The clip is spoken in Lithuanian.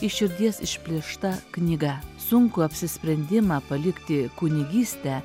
iš širdies išplėšta knyga sunkų apsisprendimą palikti kunigystę